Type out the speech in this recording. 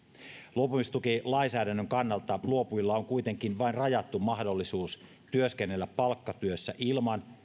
luopumistukilainsäädännön kannalta luopujilla on kuitenkin vain rajattu mahdollisuus työskennellä palkkatyössä ilman